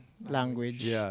language